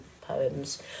poems